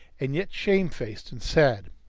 and yet shamefaced and sad.